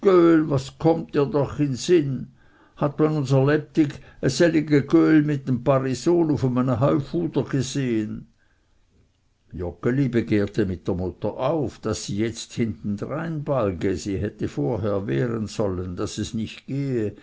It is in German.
was kommt dir doch in sinn hat man unser lebtig e sellige göhl mit dem parisol uf enem heufuder gesehen joggeli begehrte mit der mutter auf daß sie jetzt hintendrein balge sie hätte vorher wehren sollen daß es nicht gehe